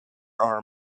are